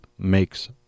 makes